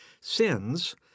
sins